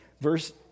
Verse